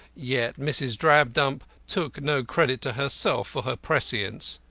yet mrs. drabdump took no credit to herself for her prescience.